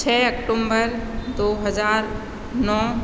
छः ऑकटुम्बर दो हजार नौ